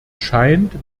scheint